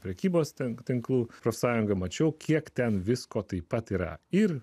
prekybos tinklų tinklų profsąjunga mačiau kiek ten visko taip pat yra ir